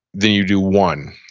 then you do one.